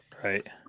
Right